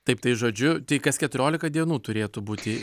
taip tai žodžiu tai kas keturiolika dienų turėtų būti